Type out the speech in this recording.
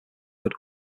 would